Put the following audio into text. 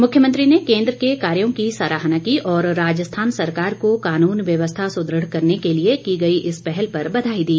मुख्यमंत्री ने केंद्र के कार्यों की सराहना की और राजस्थान सरकार को कानून व्यवस्था सुदृढ़ करने के लिए की गई इस पहल पर बधाई दी